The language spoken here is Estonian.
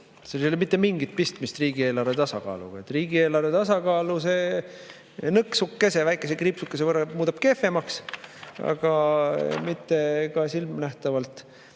Sellel ei ole mitte mingit pistmist riigieelarve tasakaaluga. Riigieelarve tasakaalu see nõksukese, väikese kriipsukese võrra muudab kehvemaks, aga mitte silmnähtavalt.